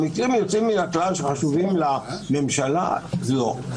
המקרים היוצאים מן הכלל שחשובים לממשלה לא.